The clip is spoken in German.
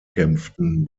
kämpften